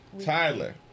Tyler